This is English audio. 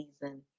season